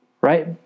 Right